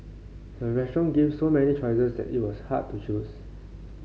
the restaurant gave so many choices that it was hard to choose